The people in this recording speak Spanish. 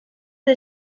del